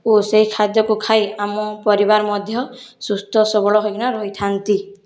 ଓ ସେଇ ଖାଦ୍ୟକୁ ଖାଇ ଆମ ପରିବାର ମଧ୍ୟ ସୁସ୍ଥ ସବଳ ହୋଇକିନା ରହିଥାନ୍ତି